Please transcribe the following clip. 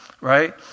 right